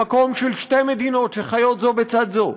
למקום של שתי מדינות שחיות זו בצד זו,